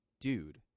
Dude